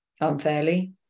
unfairly